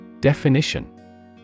Definition